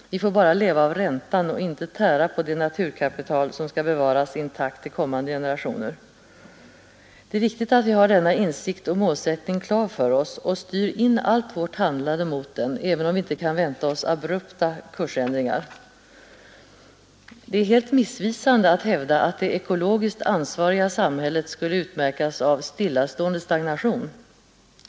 Vi får bara leva av räntan, inte tära på det naturkapital som skall bevaras intakt till kommande generationer. Det är viktigt att vi har denna insikt och målsättning klar för oss och styr in allt vårt handlande mot den, även om vi inte kan vänta oss abrupta kursändringar. Det är helt missvisande att hävda att det ekologiskt ansvariga samhället skulle utmärkas av stillastående och stagnation.